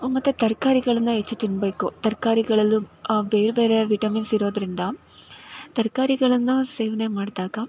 ಮತ್ತು ತರಕಾರಿಗಳನ್ನ ಹೆಚ್ಚು ತಿನ್ನಬೇಕು ತರಕಾರಿಗಳಲ್ಲೂ ಬೇರೆ ಬೇರೆ ವಿಟಮಿನ್ಸ್ ಇರೋದರಿಂದ ತರಕಾರಿಗಳನ್ನ ಸೇವನೆ ಮಾಡಿದಾಗ